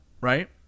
right